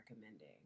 recommending